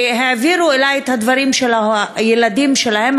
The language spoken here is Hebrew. שהעבירו אלי את הדברים של הילדים שלהם,